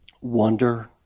wonder